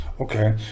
Okay